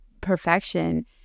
perfection